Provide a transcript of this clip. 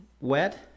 wet